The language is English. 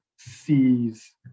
sees